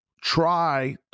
try